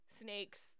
snakes